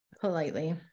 politely